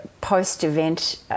post-event